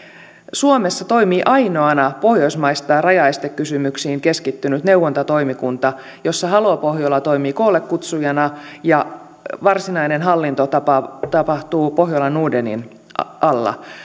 suomessa toimii ainoana pohjoismaista rajaestekysymyksiin keskittynyt neuvontatoimikunta jossa haloo pohjola toimii koollekutsujana ja varsinainen hallinto tapahtuu pohjola nordenin alla